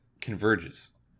converges